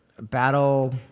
battle